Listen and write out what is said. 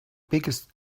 biggest